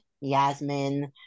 Yasmin